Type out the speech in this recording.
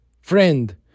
friend